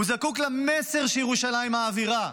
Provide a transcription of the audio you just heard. הוא זקוק למסר שירושלים מעבירה,